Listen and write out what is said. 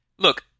Look